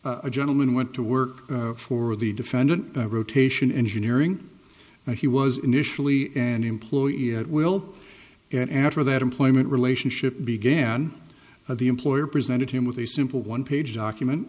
case a gentleman went to work for the defendant rotation engineering he was initially an employee at will and after that employment relationship began at the employer presented him with a simple one page document